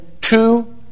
two